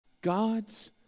God's